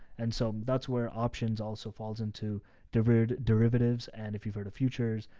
and so that's where options also falls into divert derivatives. and if you've heard of futures,